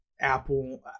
Apple